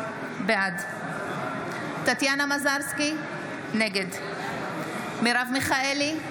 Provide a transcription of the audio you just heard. בעד טטיאנה מזרסקי, נגד מרב מיכאלי,